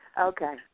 Okay